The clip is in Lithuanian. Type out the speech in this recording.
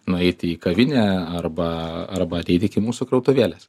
nueiti į kavinę arba arba ateit mūsų krautuvėlės